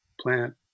plant